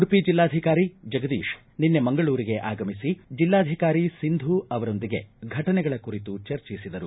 ಉಡುಪಿ ಜಿಲ್ಲಾಧಿಕಾರಿ ಜಗದೀಶ್ ನಿನ್ನೆ ಮಂಗಳೂರಿಗೆ ಆಗಮಿಸಿ ಜಿಲ್ಲಾಧಿಕಾರಿ ಸಿಂಧು ಅವರೊಂದಿಗೆ ಘಟನೆಗಳ ಕುರಿತು ಚರ್ಚಿಸಿದರು